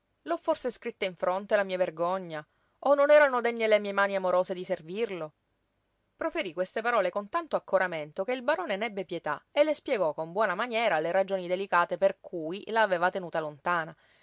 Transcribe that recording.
l'ho forse scritta in fronte la mia vergogna o non erano degne le mie mani amorose di servirlo proferí queste parole con tanto accoramento che il barone n'ebbe pietà e le spiegò con buona maniera le ragioni delicate per cui la aveva tenuta lontana